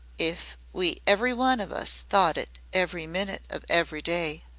if we everyone of us thought it every minit of every day.